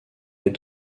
est